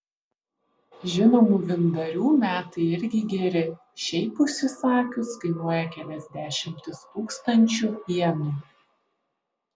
žinomų vyndarių metai irgi geri šiaip užsisakius kainuoja kelias dešimtis tūkstančių jenų